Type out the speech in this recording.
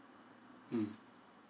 mm